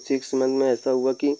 six month में ऐसा हुआ कि